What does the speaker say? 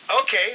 Okay